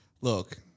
Look